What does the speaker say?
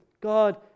God